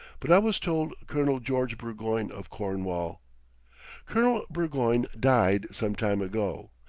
but i was told colonel george burgoyne, of cornwall colonel burgoyne died some time ago.